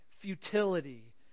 futility